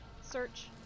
search